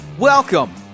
Welcome